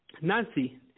Nancy